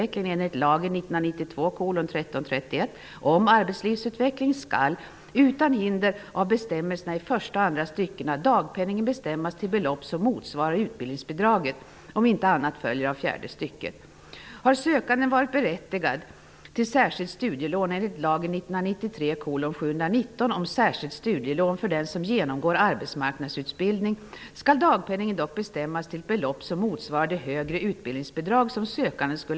Egentligen är det ganska dumt, enfaldigt och orättvist att låsa den kommande utredningen genom att nu fatta delbeslut om ändringar i regelverket som på ett anmärkningsvärt sätt kan drabba den försäkrade. Det är en omöjlighet att från propositionen dra slutsatser om hur effekterna kommer att bli. Regeringen har inte ens försökt att redovisa vilka som drabbas.